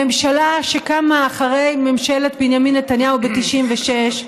הממשלה שקמה אחרי ממשלת בנימין נתניהו ב-1996,